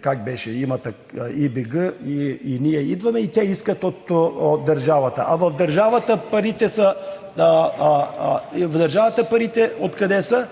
как беше – ИБГ и ние идваме (оживление) и те искат от държавата. А от държавата парите откъде са?